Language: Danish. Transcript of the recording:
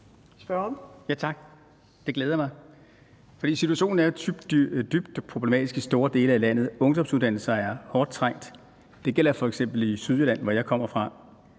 Tak. Det glæder mig. For situationen er dybt problematisk i store dele af landet, og ungdomsuddannelser er hårdt trængt. Det gælder f.eks. i Sydjylland, hvor jeg kommer fra.